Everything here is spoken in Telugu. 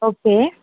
ఓకే